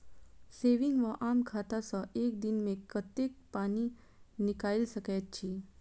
Saving वा आम खाता सँ एक दिनमे कतेक पानि निकाइल सकैत छी?